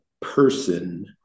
person